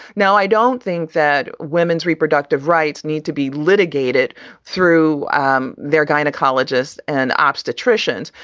now, i don't think that women's reproductive rights need to be litigated through um their gynecologists and obstetricians.